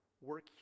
work